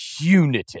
punitive